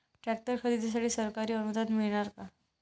Tractor खरेदीसाठी सरकारी अनुदान मिळणार का?